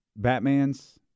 Batmans